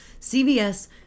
CVS